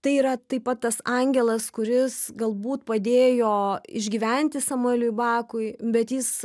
tai yra taip pat tas angelas kuris galbūt padėjo išgyventi samueliui bakui bet jis